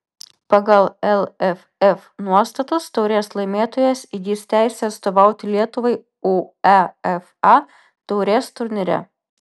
pagal lff nuostatus taurės laimėtojas įgis teisę atstovauti lietuvai uefa taurės turnyre